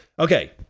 Okay